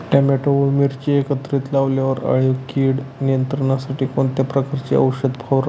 Tomato व मिरची एकत्रित लावल्यावर अळी व कीड नियंत्रणासाठी कोणत्या प्रकारचे औषध फवारावे?